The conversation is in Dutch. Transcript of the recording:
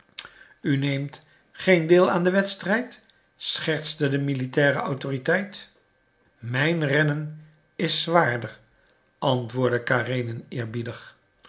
u neemt geen deel aan den wedstrijd schertste de militaire autoriteit mijn rennen is zwaarder antwoordde karenin eerbiedig